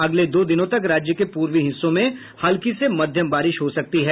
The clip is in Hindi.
अगले दो दिनों तक राज्य के पूर्वी हिस्सों में हल्की से मध्यम बारिश हो सकती है